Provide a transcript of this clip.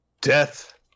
Death